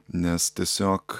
nes tiesiog